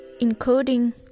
including